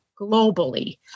globally